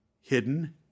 Hidden